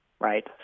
Right